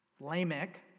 Lamech